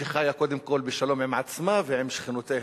שחיה קודם כול בשלום עם עצמה ועם שכנותיה.